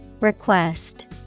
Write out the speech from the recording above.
Request